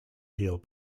heal